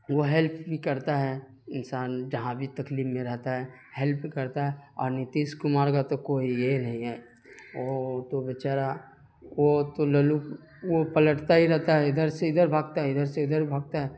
وہ ہیلپ بھی کرتا ہے انسان جہاں بھی تکلیف میں رہتا ہے ہیلپ کرتا ہے اور نتیش کمار کا تو کوئی یہ نہیں ہے وہ تو بیچارہ وہ تو للو وہ پلٹتا ہی رہتا ہے ادھر سے ادھر بھاگتا ہے ادھر سے ادھر بھاگتا ہے